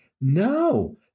No